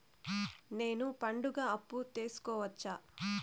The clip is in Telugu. నేను పండుగ అప్పు తీసుకోవచ్చా?